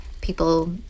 people